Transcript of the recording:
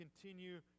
continue